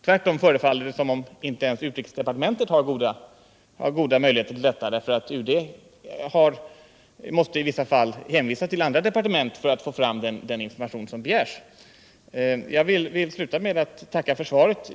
Tvärtom förefaller det som om inte ens UD har sådana möjligheter, eftersom UD i vissa fall måste hänvisa till andra departement för att man skall få fram den information som begärs. Jag vill sluta med att tacka för svaret.